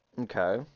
Okay